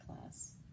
class